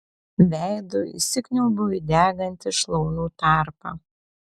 veidu įsikniaubiu į degantį šlaunų tarpą